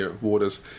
waters